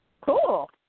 Cool